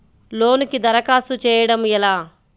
లోనుకి దరఖాస్తు చేయడము ఎలా?